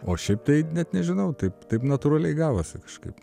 o šiaip tai net nežinau taip taip natūraliai gavosi kažkaip